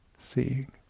seeing